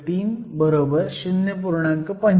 3 0